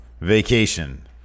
vacation